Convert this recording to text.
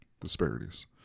Disparities